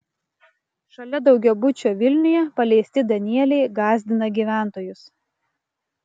šalia daugiabučio vilniuje paleisti danieliai gąsdina gyventojus